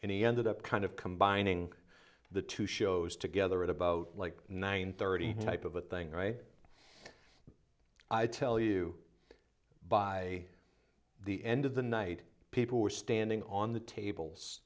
and he ended up kind of combining the two shows together at about like nine thirty type of a thing right i tell you by the end of the night people were standing on the tables